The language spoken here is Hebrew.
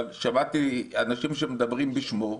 אבל שמעתי אנשים שמדברים בשמו,